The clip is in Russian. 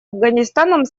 афганистаном